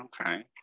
Okay